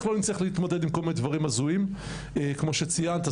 לא נצטרך להתמודד עם כל מיני דברים הזויים כמו שציינת,